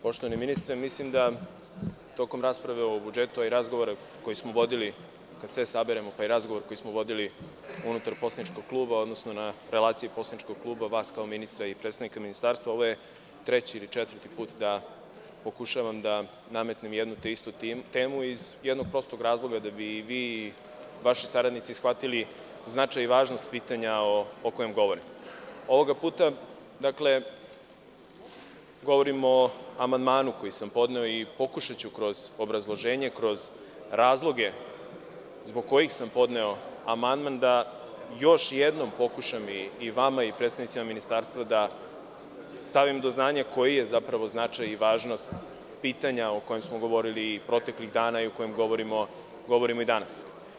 Poštovani ministre, mislim da tokom rasprave o budžetu, a i razgovora koji smo vodili, kad sve saberemo, pa i razgovor koji smo vodili unutar poslaničkog kluba, odnosno na relaciji poslaničkog kluba, vas kao ministra i predstavnika Ministarstva, ovo je treći ili četvrti put da pokušavam da nametnem jednu te istu temu iz jednog prostog razloga, da bi i vi i vaši saradnici shvatili značaj i Ovoga puta govorim o amandmanu koji sam podneo i pokušaću kroz obrazloženje, kroz razloge zbog kojim sam podneo amandman, da još jednom pokušam i vama i predstavnicima Ministarstva da stavim do znanja koji je značaj i važnost pitanja o kojem smo govorili proteklih dana i o kojem govorimo i danas.